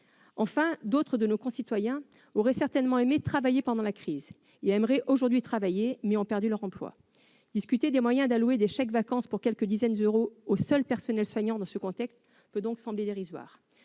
outre, d'autres de nos concitoyens auraient certainement aimé travailler pendant la crise et voudraient aujourd'hui travailler, mais ont perdu leur emploi. Discuter des moyens d'allouer des chèques-vacances de quelques dizaines d'euros aux seuls personnels soignants, dans ce contexte, peut donc sembler dérisoire.